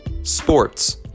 Sports